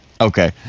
Okay